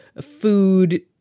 food